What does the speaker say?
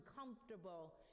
uncomfortable